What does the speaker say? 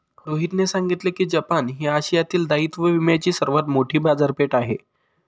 रोहितने सांगितले की जपान ही आशियातील दायित्व विम्याची सर्वात मोठी बाजारपेठ आहे